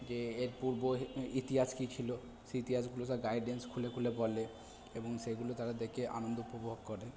যে এর পূর্ব ইতিহাস কী ছিল সেই ইতিহাসগুলো সব গাইডেন্স খুলে খুলে বলে এবং সেগুলো তারা দেখে আনন্দ উপভোগ করে